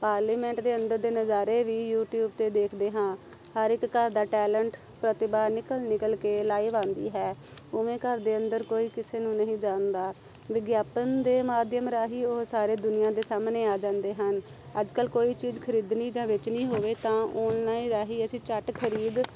parliament ਦੇ ਅੰਦਰ ਦੇ ਨਜ਼ਾਰੇ ਵੀ ਯੂਟੀਊਬ 'ਤੇ ਦੇਖਦੇ ਹਾਂ ਹਰ ਇੱਕ ਘਰ ਦਾ ਟੈਲੈਂਟ ਪ੍ਰਤਿਭਾ ਨਿਕਲ ਨਿਕਲ ਕੇ ਲਾਈਵ ਆਉਂਦੀ ਹੈ ਉਵੇਂ ਘਰ ਦੇ ਅੰਦਰ ਕੋਈ ਕਿਸੇ ਨੂੰ ਨਹੀਂ ਜਾਣਦਾ ਵਿਗਿਆਪਨ ਦੇ ਮਾਧਿਅਮ ਰਾਹੀਂ ਉਹ ਸਾਰੇ ਦੁਨੀਆ ਦੇ ਸਾਹਮਣੇ ਆ ਜਾਂਦੇ ਹਨ ਅੱਜ ਕੱਲ੍ਹ ਕੋਈ ਚੀਜ਼ ਖਰੀਦਣੀ ਜਾਂ ਵੇਚਣੀ ਹੋਵੇ ਤਾਂ ਔਨਲਾਈਨ ਰਾਹੀਂ ਅਸੀਂ ਝੱਟ ਖਰੀਦ